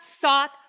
sought